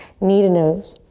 knee to nose.